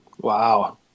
Wow